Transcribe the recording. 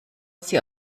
sie